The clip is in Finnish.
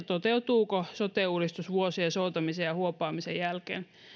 toteutuuko sote uudistus vuosien soutamisen ja huopaamisen jälkeen